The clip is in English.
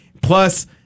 Plus